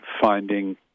finding